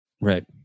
Right